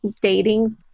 dating